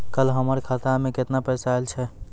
कल हमर खाता मैं केतना पैसा आइल छै?